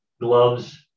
gloves